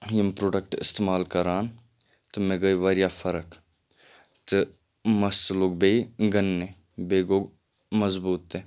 یِم پرٛوڈَکٹہٕ اِستعمال کران تہٕ مےٚ گٔے واریاہ فرق تہٕ مَس تہِ لوٚگ بیٚیہِ گَننہِ بیٚیہِ گوٚو مضبوٗط تہِ